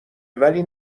ولی